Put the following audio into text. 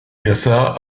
yasağa